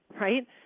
right